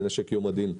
נשק יום הדין,